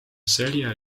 selja